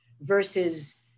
versus